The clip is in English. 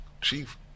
chief